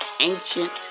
ancient